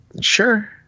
sure